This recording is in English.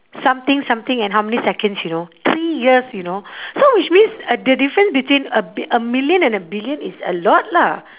something something and how many seconds you know three years you know so which means a the difference between a bi~ a million and a billion is a lot lah